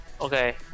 Okay